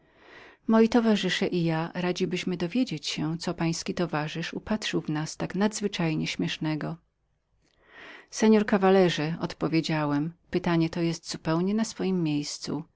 moi towarzysze i ja radzibyśmy dowiedzieć się co pański towarzysz upatrzył w nas tak nadzwyczajnie śmiesznego seor caballero odpowiedziałem zapytanie to jest zupełnie na swojem miejscu